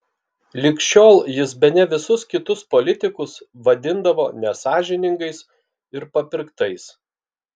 lig šiol jis bene visus kitus politikus vadindavo nesąžiningais ir papirktais